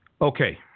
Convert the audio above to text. Okay